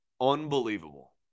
unbelievable